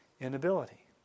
inability